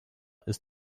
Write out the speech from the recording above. ist